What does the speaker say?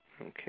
Okay